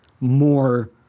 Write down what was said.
more